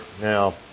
Now